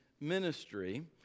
ministry